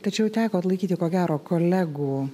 tačiau teko atlaikyti ko gero kolegų